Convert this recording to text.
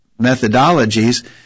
methodologies